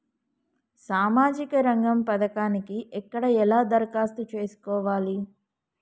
సామాజిక రంగం పథకానికి ఎక్కడ ఎలా దరఖాస్తు చేసుకోవాలి?